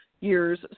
years